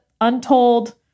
untold